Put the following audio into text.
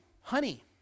honey